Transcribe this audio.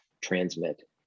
transmit